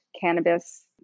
cannabis